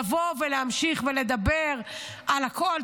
לבוא ולהמשיך ולדבר על הכול,